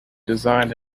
designed